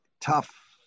tough